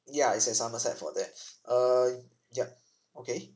ya is at somerset for that uh yup okay